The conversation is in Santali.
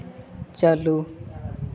ᱪᱟᱹᱞᱩ